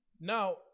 Now